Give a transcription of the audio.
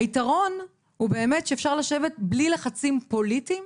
היתרון הוא באמת שאפשר לשבת בלי לחצים פוליטיים,